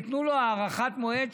תנו לו הארכת מועד,